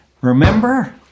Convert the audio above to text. Remember